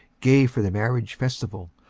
gay for the marriage festival,